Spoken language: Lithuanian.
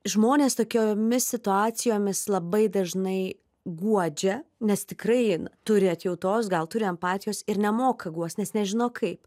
žmonės tokiomis situacijomis labai dažnai guodžia nes tikrai turi atjautos gal turi empatijos ir nemoka guost nes nežino kaip